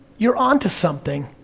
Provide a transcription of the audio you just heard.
you're on to something,